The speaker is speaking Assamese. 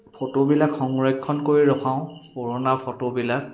ফটোবিলাক সংৰক্ষণ কৰি ৰখাওঁ পুৰণা ফটোবিলাক